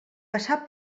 passar